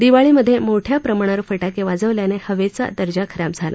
दिवाळीमध्ये मोठया प्रमाणावर फटाके वाजवल्यानं हवेचा दर्जा खराब झाला